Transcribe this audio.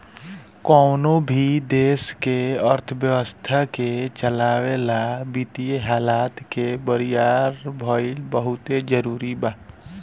कवनो भी देश के अर्थव्यवस्था के चलावे ला वित्तीय हालत के बरियार भईल बहुते जरूरी बा